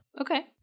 Okay